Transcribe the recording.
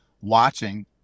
watching